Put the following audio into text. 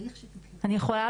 אני יכולה להתייחס?